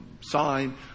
sign